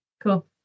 Cool